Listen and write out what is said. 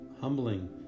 humbling